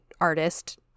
artist